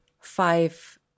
five